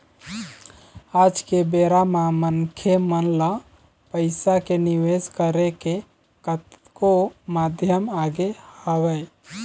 आज के बेरा म मनखे मन ल पइसा के निवेश करे के कतको माध्यम आगे हवय